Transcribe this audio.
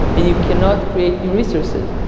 and you cannot create new resources.